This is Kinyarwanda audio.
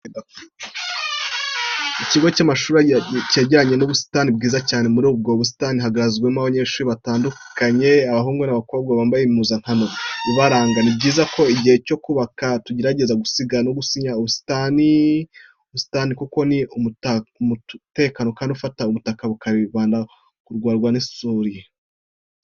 Ikigo cy'amashuri cyegeranye n'ubusitani bwiza cyane, muri ubwo busitani hahagazemo abanyeshuri batandukanye, abahungu n'abakobwa bambaye impuzankano ibaranga. Ni byiza ko mu gihe cyo kubaka tugerageza gusiga, aho gushyira ubusitani kuko ni umutako kandi bufata ubutaka bukaburinda gutwarwa n'isuri.